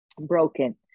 broken